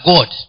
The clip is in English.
God